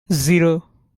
zero